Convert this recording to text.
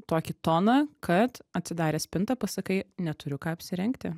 tokį toną kad atsidaręs spintą pasakai neturiu ką apsirengti